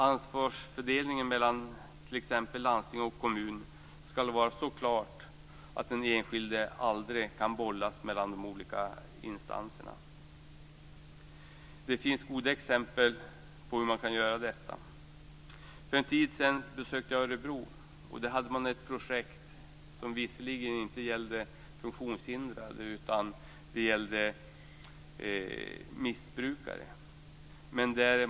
Ansvarsfördelningen mellan t.ex. landsting och kommun skall vara så klart att den enskilde aldrig kan bollas mellan de olika instanserna. Det finns goda exempel på hur man kan göra detta. För en tid sedan besökte jag Örebro. Där hade man ett projekt som visserligen inte gällde funktionshindrade utan missbrukare.